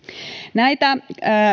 näitä